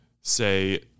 say